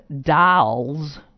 dolls